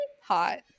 hot